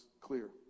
clear